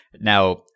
Now